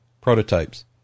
prototypes